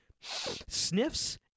sniffs